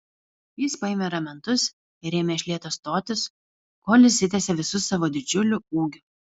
jis paėmė ramentus ir ėmė iš lėto stotis kol išsitiesė visu savo didžiuliu ūgiu